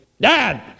Dad